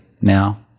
now